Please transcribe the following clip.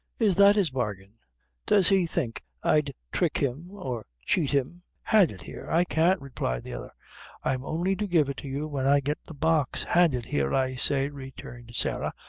is that his bargain does he think i'd thrick him or cheat him hand it here. i can't, replied the other i'm only to give it to you when i get the box. hand it here, i say, returned sarah,